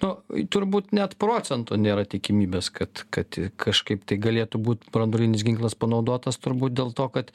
tu turbūt net procento nėra tikimybės kad kad kažkaip tai galėtų būt branduolinis ginklas panaudotas turbūt dėl to kad